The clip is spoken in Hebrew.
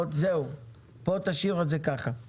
תשאיר את השקף הזה.